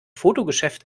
fotogeschäft